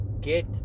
get